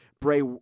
Bray